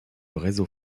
réseau